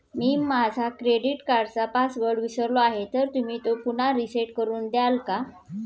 मी माझा क्रेडिट कार्डचा पासवर्ड विसरलो आहे तर तुम्ही तो पुन्हा रीसेट करून द्याल का?